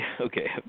Okay